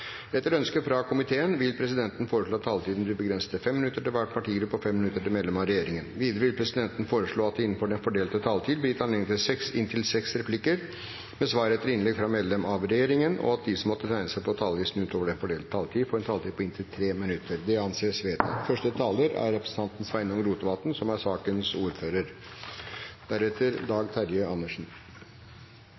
Etter ønske fra kirke-, utdannings- og forskningskomiteen vil presidenten foreslå at taletiden blir begrenset til 5 minutter til hver partigruppe og 5 minutter til medlem av regjeringen. Videre vil presidenten foreslå at det blir gitt anledning til inntil seks replikker med svar etter innlegg fra medlem av regjeringen innenfor den fordelte taletid, og at de som måtte tegne seg på talerlisten utover den fordelte taletid, får en taletid på inntil 3 minutter. – Det anses vedtatt. Første taler er Kristin Vinje – for sakens ordfører,